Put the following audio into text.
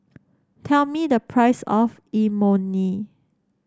tell me the price of Imoni